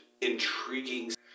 intriguing